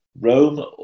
Rome